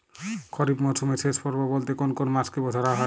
খরিপ মরসুমের শেষ পর্ব বলতে কোন কোন মাস কে ধরা হয়?